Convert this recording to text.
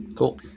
Cool